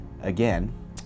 again